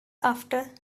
after